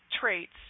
traits